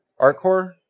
Arcor